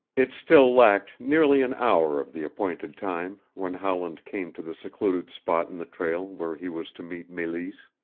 it still lacked nearly an hour of the appointed time when howland came to the secluded spot in the trail where he was to meet meleese.